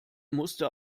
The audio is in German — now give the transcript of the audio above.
musste